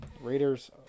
Raiders